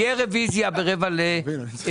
תהיה רוויזיה ב-11:45.